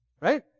Right